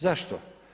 Zašto?